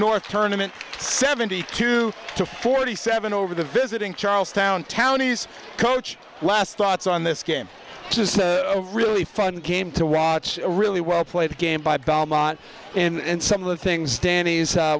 north tournaments seventy two to forty seven over the visiting charlestown townies coach last thoughts on this game this is a really fun game to watch a really well played game by belmont and some of the things danny's